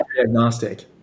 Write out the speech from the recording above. agnostic